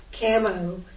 camo